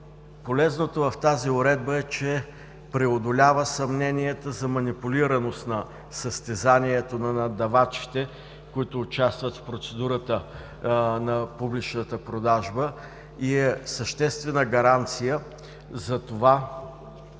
Полезното в тази уредба е, че преодолява съмненията за манипулираност на състезанието на наддавачите, които участват в процедурата на публичната продажба, и е съществена гаранция за това